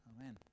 Amen